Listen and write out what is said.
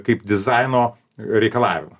kaip dizaino reikalavimas